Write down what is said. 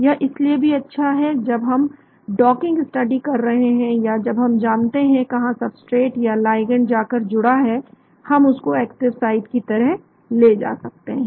यह इसलिए भी अच्छा है जब हम डॉकिंग स्टडी कर रहे हैं या जब हम जानते हैं कि कहां सबस्ट्रेट या लाइगैंड जाकर जुड़ा है हम उसको एक्टिव साइट की तरह ले सकते हैं